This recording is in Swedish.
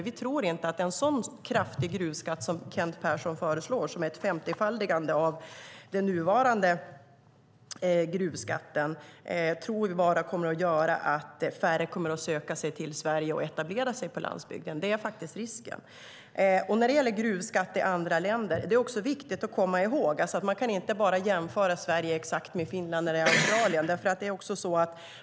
Vi tror att en sådan kraftig gruvskatt som Kent Persson föreslår, som är ett femtiofaldigande av den nuvarande gruvskatten, bara kommer att göra att färre kommer att söka sig till Sverige och etablera sig på landsbygden. Det är faktiskt risken. När det gäller gruvskatt i andra länder är det också viktigt att komma ihåg att man inte bara kan jämföra Sverige exakt med Finland eller Australien.